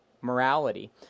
morality